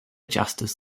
justice